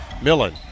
Millen